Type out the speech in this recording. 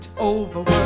overwork